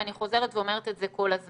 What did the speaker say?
ואני חוזרת ואומרת את זה כל הזמן.